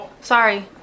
Sorry